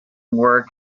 work